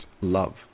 Love